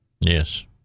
Yes